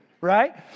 right